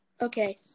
Okay